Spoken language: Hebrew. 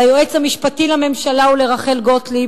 ליועץ המשפטי לממשלה ולרחל גוטליב,